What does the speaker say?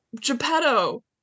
Geppetto